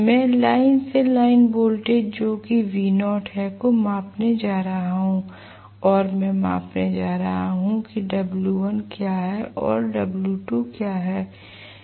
मैं लाइन से line voltage जो कि V0 है को मापने जा रहा हूं और मैं मापने जा रहा हूं कि W1 क्या है और W2 क्या है